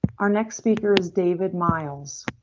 our next speaker is david miles.